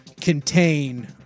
contain